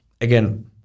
again